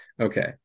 Okay